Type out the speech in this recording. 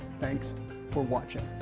thanks for watching.